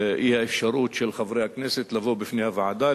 האי-אפשרות של חברי הכנסת לבוא בפני הוועדה,